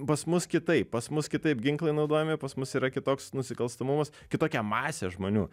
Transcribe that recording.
pas mus kitaip pas mus kitaip ginklai naudojami pas mus yra kitoks nusikalstamumas kitokia masė žmonių